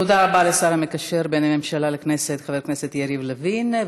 תודה רבה לשר המקשר בין הממשלה לכנסת חבר הכנסת יריב לוין,